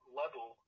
level